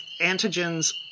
antigens